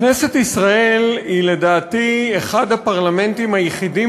כנסת ישראל היא לדעתי אחד הפרלמנטים היחידים